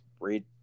read